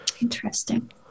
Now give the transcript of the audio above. Interesting